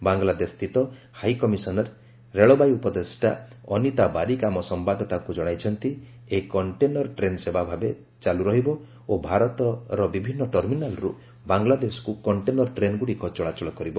ବାଂଲଦେଶସ୍ତିତ ହାଇକମିଶନରେ ରେଳବାଇ ଉପଦେଷ୍ଟା ଅନିତା ବାରିକ ଆମ ସମ୍ଘାଦଦାତାଙ୍କ ଜଶାଇଛନ୍ତି ଏହି କଣ୍ଟେନର ଟ୍ରେନ୍ ସେବା ଭାବେ ଚାଲ୍ର ରହିବ ଓ ଭାରତର ବିଭିନ୍ନ ଟର୍ମିନାଲ୍ର ବାଂଲାଦେଶକୁ କଣ୍ଟେନର ଟ୍ରେନ୍ଗୁଡ଼ିକ ଚଳାଚଳ କରିବ